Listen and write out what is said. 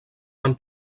van